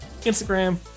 Instagram